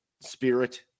spirit